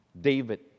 David